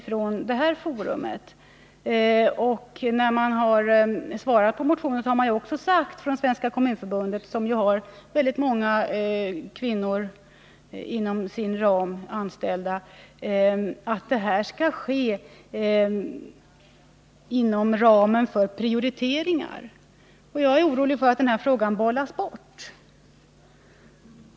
Och Svenska kommunförbundet, som ju har väldigt många kvinnor anställda inom sitt verksamhetsfält, säger i sitt yttrande över motionen att det måste göras prioriteringar mellan olika typer av betalda ledigheter. Jag är orolig för att frågan bollas bort.